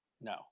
no